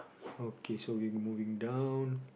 okay so we moving down